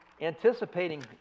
anticipating